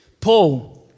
Paul